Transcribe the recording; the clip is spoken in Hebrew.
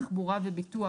תחבורה וביטוח.